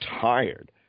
tired